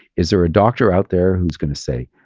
is there a doctor out there who's going to say,